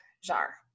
jar